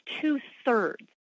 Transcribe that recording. two-thirds